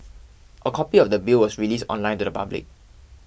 a copy of the Bill was released online to the public